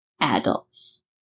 Adults